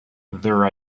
their